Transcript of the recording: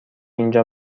اینجا